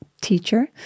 teacher